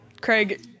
Craig